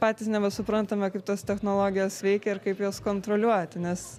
patys nebesuprantame kaip tos technologijos veikia ir kaip jas kontroliuoti nes